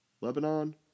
Lebanon